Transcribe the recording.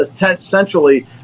essentially